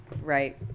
Right